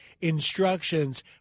instructions